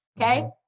Okay